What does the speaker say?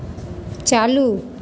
चालू